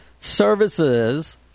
services